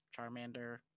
Charmander